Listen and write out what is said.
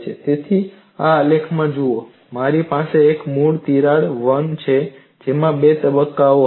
તેથી આ આલેખમાં જુઓ મારી પાસે એક મૂળ તિરાડ 1 છે જેમાં બે તબક્કાઓ હતા